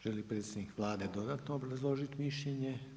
Želi li predstavnik Vlade dodatno obrazložiti mišljenje?